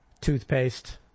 toothpaste